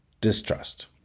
distrust